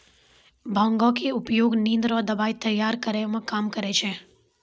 भांगक उपयोग निंद रो दबाइ तैयार करै मे काम करै छै